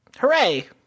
Hooray